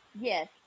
Yes